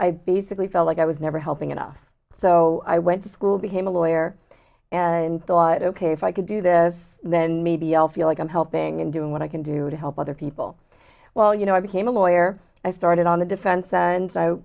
i basically felt like i was never helping enough so i went to school became a lawyer and thought ok if i could do this then maybe i'll feel like i'm helping and doing what i can do to help other people well you know i became a lawyer i started on the defense and so